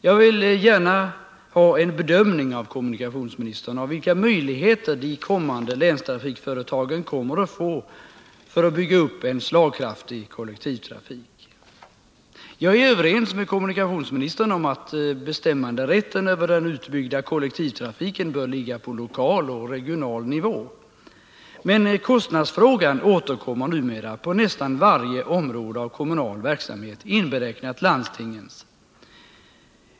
Jag vill gärna höra en bedömning av kommunikationsministern av vilka möjligheter de kommande länstrafikföretagen kommer att få att bygga upp en slagkraftig kollektivtrafik. Jag är överens med kommunikationsministern om att bestämmanderätten över den utbyggda kollektivtrafiken bör ligga på lokal och regional nivå, men kostnadsfrågan återkommer numera på nästan varje område av kommunal verksamhet, inberäknat landstingens.